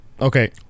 Okay